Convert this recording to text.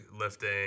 lifting